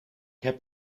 heb